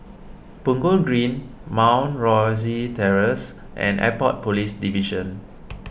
Punggol Green Mount Rosie Terrace and Airport Police Division